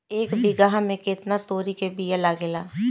एक बिगहा में केतना तोरी के बिया लागेला?